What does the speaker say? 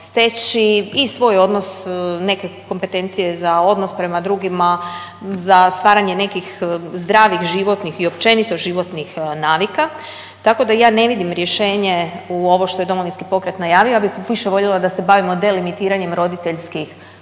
steći i svoj odnos neke kompetencije za odnos prema drugima za stvaranje nekih zdravih životnih i općenito životnih navika. Tako da ja ne vidim rješenje u ovo što je DP najavio, ja bih više voljela da se bavimo delimitiranjem roditeljskih